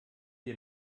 dir